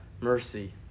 mercy